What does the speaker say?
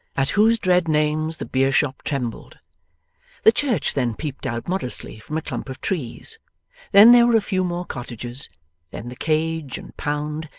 at whose dread names the beer-shop trembled the church then peeped out modestly from a clump of trees then there were a few more cottages then the cage, and pound,